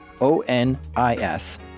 O-N-I-S